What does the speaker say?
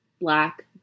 black